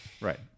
Right